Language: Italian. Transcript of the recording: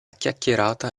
chiacchierata